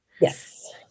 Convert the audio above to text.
Yes